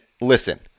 listen